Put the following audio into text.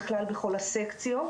בכלל בכל הסקציות,